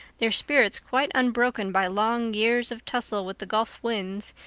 their spirits quite unbroken by long years of tussle with the gulf winds,